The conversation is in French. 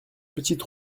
petite